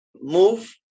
move